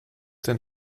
denn